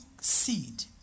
seed